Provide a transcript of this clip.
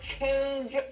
change